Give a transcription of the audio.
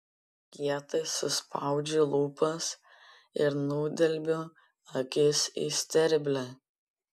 kietai suspaudžiu lūpas ir nudelbiu akis į sterblę